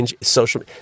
social